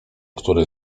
który